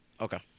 Okay